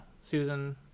Susan